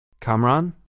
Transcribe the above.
Kamran